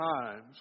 times